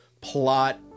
plot